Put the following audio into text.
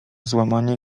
złamanie